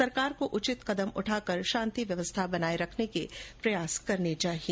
सरकार को उचित कदम उठाकर शांति व्यववस्था बनाए रखने के प्रयास करने चाहिए